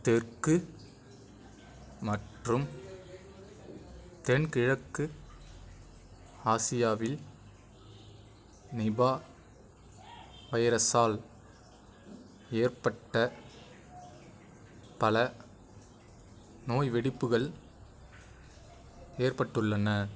தெற்கு மற்றும் தென்கிழக்கு ஆசியாவில் நிபா வைரஸால் ஏற்பட்ட பல நோய் வெடிப்புகள் ஏற்பட்டுள்ளன